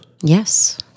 Yes